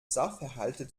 sachverhalte